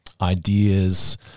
ideas